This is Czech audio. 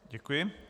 Děkuji.